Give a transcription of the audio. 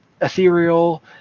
ethereal